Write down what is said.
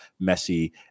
Messi